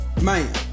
Man